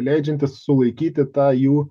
leidžiantis sulaikyti tą jų